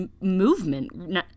movement